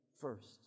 first